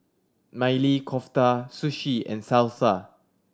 Maili Kofta Sushi and Salsa